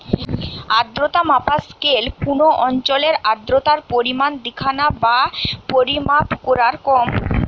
আর্দ্রতা মাপার স্কেল কুনো অঞ্চলের আর্দ্রতার পরিমাণ দিখানা বা পরিমাপ কোরার কম খরচের উপায়